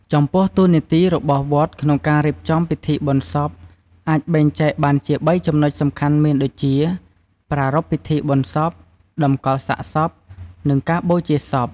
ចំពោះតួនាទីរបស់វត្តក្នុងការរៀបចំពិធីបុណ្យសពអាចបែងចែកបានជា ៣ចំណុចសំខាន់មានដូចជា ប្រារព្វពិធីបុណ្យសព កម្កលសាកសព និងការបូជាសព។